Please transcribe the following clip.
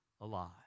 alive